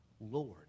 Lord